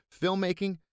filmmaking